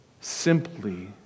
simply